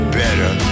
better